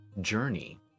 journey